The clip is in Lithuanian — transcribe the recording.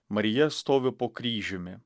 marija stovi po kryžiumi